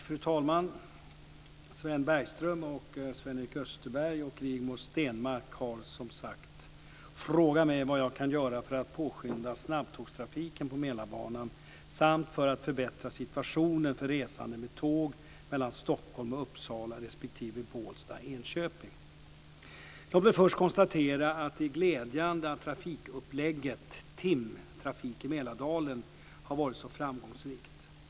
Fru talman! Sven Bergström, Sven-Erik Österberg och Rigmor Stenmark har frågat mig vad jag kan göra för att påskynda snabbtågstrafiken på Mälarbanan samt för att förbättra situationen för resande med tåg mellan Stockholm och Uppsala respektive Bålsta/Enköping. Låt mig först konstatera att det är glädjande att trafikupplägget TIM, Trafik i Mälardalen, har varit så framgångsrikt.